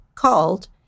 called